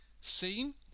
scene